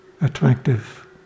attractive